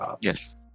yes